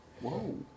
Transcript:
Whoa